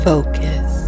Focus